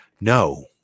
No